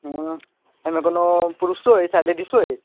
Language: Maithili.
हूँ एहिमे कोनो पुरुषो अछि आ लेडीजो अछि